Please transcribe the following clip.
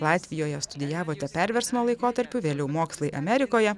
latvijoje studijavote perversmo laikotarpiu vėliau mokslai amerikoje